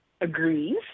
agrees